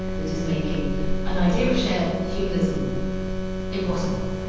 that is making an idea of a shared humanism impossible.